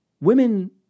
Women